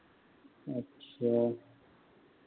अच्छा